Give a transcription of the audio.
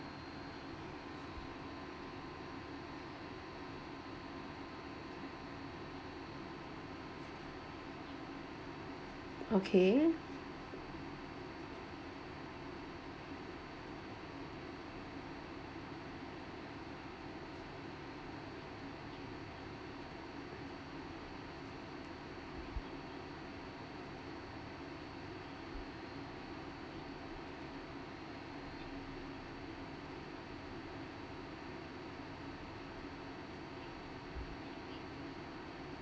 okay